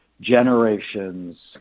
generations